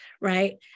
right